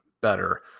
better